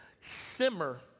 simmer